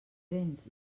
béns